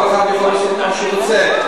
כל אחד יכול לעשות מה שהוא רוצה.